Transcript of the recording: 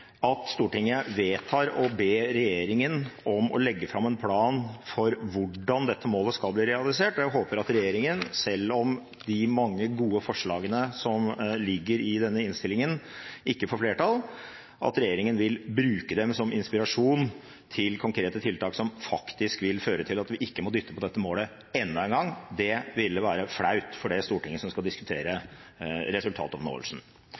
at Stortinget vedtar å be regjeringen om å legge fram en plan for hvordan dette målet kan bli realisert. Jeg håper – selv om de mange gode forslagene som ligger i denne innstillingen, ikke får flertall – at regjeringen vil bruke dem som inspirasjon til konkrete tiltak som faktisk vil føre til at vi ikke må dytte på dette målet enda en gang. Det ville være flaut, for det er Stortinget som skal diskutere resultatoppnåelsen.